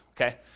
okay